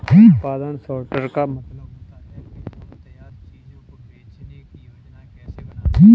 उत्पादन सॉर्टर का मतलब होता है कि हम तैयार चीजों को बेचने की योजनाएं कैसे बनाएं